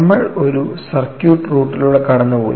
നമ്മൾ ഒരു സർക്യൂട്ട് റൂട്ടിലൂടെ കടന്നുപോയി